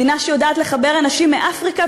מדינה שיודעת לחבר אנשים מאפריקה,